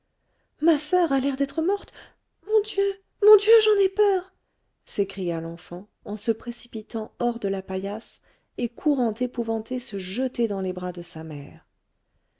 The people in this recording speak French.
ma soeur a l'air d'être morte mon dieu mon dieu j'en ai peur s'écria l'enfant en se précipitant hors de la paillasse et courant épouvantée se jeter dans les bras de sa mère